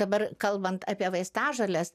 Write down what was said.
dabar kalbant apie vaistažoles